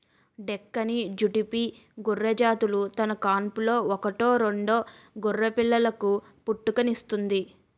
డెక్కాని, జుడిపి గొర్రెజాతులు తన కాన్పులో ఒకటో రెండో గొర్రెపిల్లలకు పుట్టుకనిస్తుంది